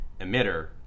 emitter